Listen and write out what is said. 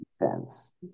defense